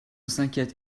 s’inquiète